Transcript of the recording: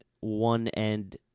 one-end